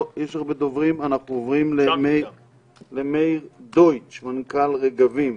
אנחנו עוברים למאיר דויטש, מנכ"ל רגבים.